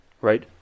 right